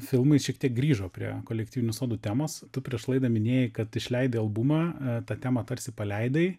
filmai šiek tiek grįžo prie kolektyvinių sodų temos tu prieš laidą minėjai kad išleidai albumą tą temą tarsi paleidai